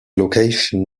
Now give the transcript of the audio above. location